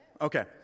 Okay